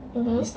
mmhmm